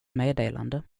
meddelande